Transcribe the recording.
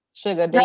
sugar